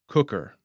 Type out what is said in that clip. Cooker